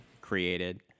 created